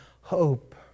hope